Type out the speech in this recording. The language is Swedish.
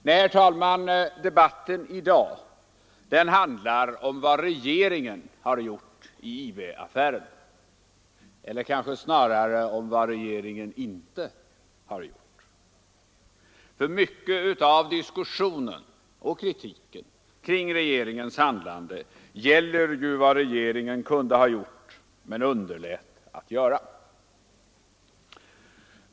Nej, herr talman, debatten i dag handlar om vad regeringen har gjort i IB-affären — eller kanske snarare om vad regeringen inte har gjort. Mycket av diskussionen och kritiken mot regeringens handlande gäller ju vad regeringen kunde ha gjort men underlät att göra.